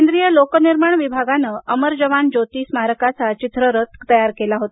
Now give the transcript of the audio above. केंद्रीय लोकनिर्माण विभागानं अमर जवान ज्योती स्मारकाचा चित्ररथ केला आहे